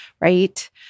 right